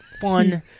Fun